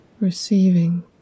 receiving